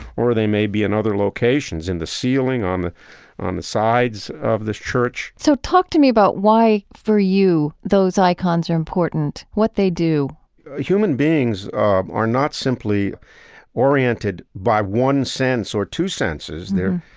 or or they may be in other locations, in the ceiling, on on the sides of this church so talk to me about why, for you, those icons are important, what they do human beings um are not simply oriented by one sense or two senses. they're,